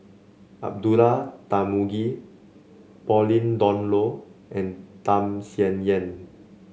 Abdullah Tarmugi Pauline Dawn Loh and Tham Sien Yen